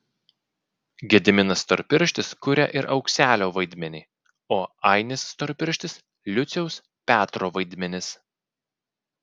gediminas storpirštis kuria ir aukselio vaidmenį o ainis storpirštis liuciaus petro vaidmenis